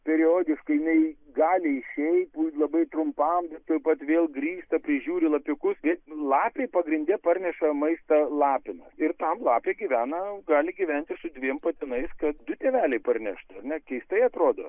periodiškai jinai gali išeit būti labai trumpam bet tuoj pat vėl grįžta prižiūri lapiukus lapei pagrinde parneša maistą lapinas ir tam lapė gyvena gali gyventi ir su dviem patinais kad du tėveliai parneštų ar ne keistai atrodo